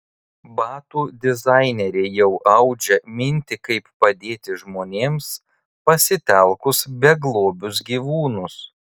batų dizainerė jau audžia mintį kaip padėti žmonėms pasitelkus beglobius gyvūnus